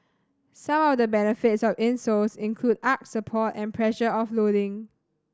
some of the benefits of insoles include arch support and pressure offloading